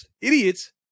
idiots